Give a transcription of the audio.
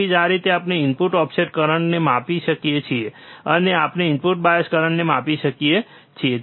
તેથી આ રીતે આપણે ઇનપુટ ઓફસેટ કરંટને માપી શકીએ છીએ અને આપણે ઇનપુટ બાયસ કરંટને માપી શકીએ છીએ